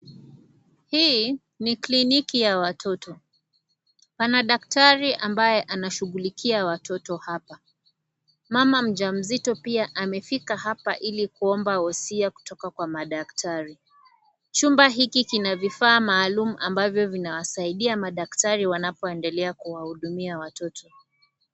Hii ni kliniki ya watoto, pana daktari ambaye anawashughulikia watoto hapa. Mama mjamzito pia amefika hapa ili kuomba wosia kutoka kwa madaktari. Chumba hiki kina vifaa maalum ambavyo vinawasaidia madaktari wanapoendelea kuwahudumia watoto.